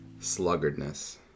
sluggardness